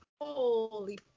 Holy